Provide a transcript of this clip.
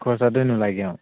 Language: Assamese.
খৰচাটোয়ে নোলাই অঁ